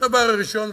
הדבר הראשון,